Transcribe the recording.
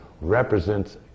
represents